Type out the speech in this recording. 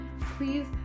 please